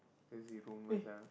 busy rumour sia